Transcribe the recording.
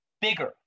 Bigger